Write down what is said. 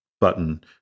button